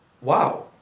Wow